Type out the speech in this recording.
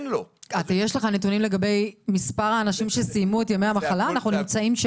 יש לך נתונים לגבי מספר האנשים שגמרו את ימי המחלה?